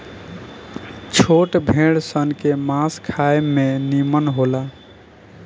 छोट भेड़ सन के मांस खाए में निमन होला